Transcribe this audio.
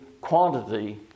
quantity